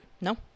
No